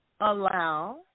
allow